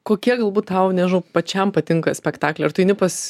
kokie galbūt tau nežinau pačiam patinka spektakliai ar tu eini pas